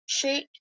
fruit